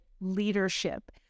leadership